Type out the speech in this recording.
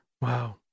Wow